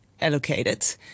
allocated